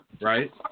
right